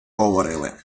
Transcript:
говорили